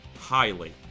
highly